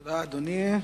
תודה, אדוני.